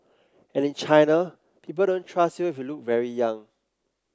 and in China people don't trust you if you look very young